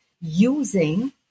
using